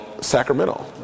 Sacramento